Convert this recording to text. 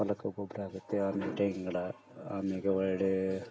ಹೊಲಕ್ಕೂ ಗೊಬ್ಬರ ಆಗುತ್ತೆ ಆಮೇಲೆ ತೆಂಗಿನ ಗಿಡ ಆಮೇಲೆ ಒಳ್ಳೆಯ